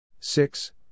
six